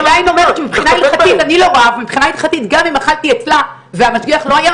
אני עדיין אומרת שמבחינה הלכתית גם אם אכלתי אצלה והמשגיח לא היה,